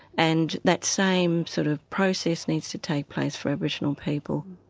and that same sort of process needs to take place for aboriginal people.